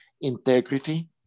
integrity